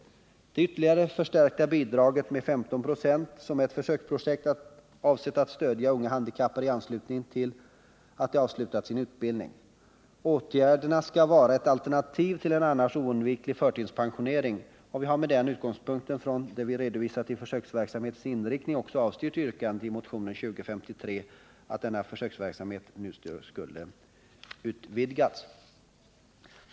Det ytterligare med 15 96 förstärkta bidraget, som är ett försöksprojekt, är avsett att stödja unga handikappade i anslutning till att de avslutat sin utbildning. Åtgärderna skall vara ett alternativ till en annars oundviklig förtidspensionering, och vi har med utgångspunkt i det vi redovisat om försöksverksamhetens inriktning också avstyrkt yrkandet i motionen 2053 att denna försöksverksamhet nu skulle utvidgas.